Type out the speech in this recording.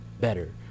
better